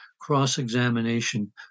cross-examination